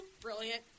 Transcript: Brilliant